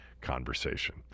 conversation